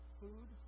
food